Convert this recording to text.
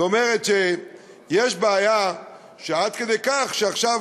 זאת אומרת שיש בעיה עד כדי כך שעכשיו